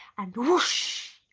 and whoosh!